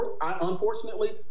Unfortunately